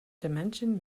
dimension